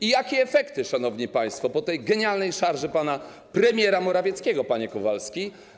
I jakie efekty, szanowni państwo, po tej genialnej szarszy pana premiera Morawieckiego, panie Kowalski?